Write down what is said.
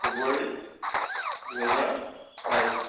ফেব্ৰুৱাৰী দুহেজাৰ বাইছ